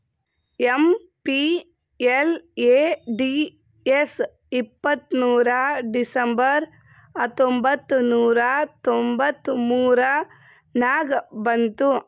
MPLADS ಇಪ್ಪತ್ತ್ಮೂರ್ December ಹತ್ತೊಂಬತ್ ನೂರಾ ತೊಂಬತ್ತ ಮೂರ ನಾಗ ಬಂತು